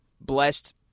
blessed